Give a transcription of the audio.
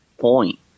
point